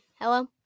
hello